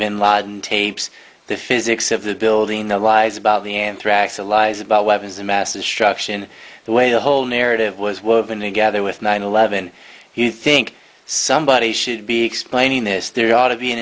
bin laden tapes the physics of the building the lies about the anthrax a lies about weapons of mass destruction the way the whole narrative was woven together with nine eleven he think somebody should be explaining this there ought to be an